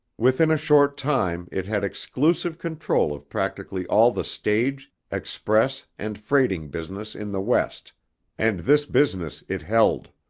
within a short time it had exclusive control of practically all the stage, express, and freighting business in the west and this business it held.